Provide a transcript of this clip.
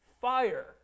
fire